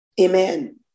Amen